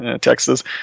Texas